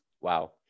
Wow